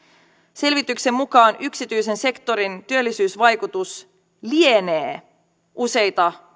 selvityksen mukaan yksityisen sektorin työllisyysvaikutus lienee useita